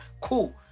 cool